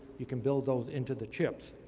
you can build those into the chips.